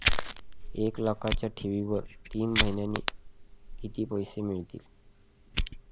एक लाखाच्या ठेवीवर तीन महिन्यांनी किती पैसे मिळतील?